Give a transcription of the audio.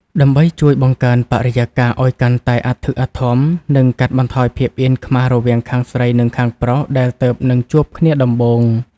ដើម្បីជួយបង្កើនបរិយាកាសឱ្យកាន់តែអធិកអធម និងកាត់បន្ថយភាពអៀនខ្មាសរវាងខាងស្រីនិងខាងប្រុសដែលទើបនឹងជួបគ្នាដំបូង។